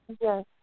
Yes